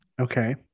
Okay